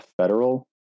federal